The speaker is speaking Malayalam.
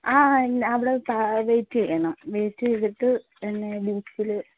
ആ ആ ഇല്ല അവിടെ വെയ്റ്റ് ചെയ്യണം വെയ്റ്റ് ചെയ്തിട്ട് എന്നെ ബീച്ചിൽ